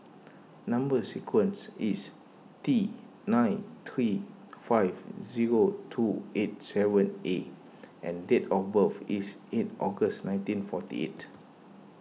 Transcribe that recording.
Number Sequence is T nine three five zero two eight seven A and date of birth is eight August nineteen forty eight